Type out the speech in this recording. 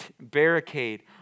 barricade